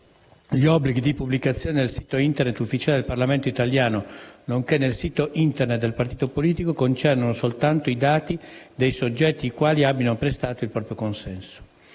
gli obblighi di pubblicazione nel sito Internet ufficiale del Parlamento italiano, nonché nel sito Internet del partito politico, concernono soltanto i dati dei soggetti i quali abbiano prestato il proprio consenso.